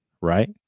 right